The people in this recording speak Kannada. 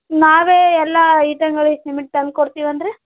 ನಾವೇ ಎಲ್ಲ ಐಟಮ್ಮುಗಳು ಸಿಮೆಂಟ್ ತಂದ್ಕೊಡ್ತೀವಿ ಅಂದರೆ